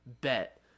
Bet